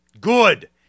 Good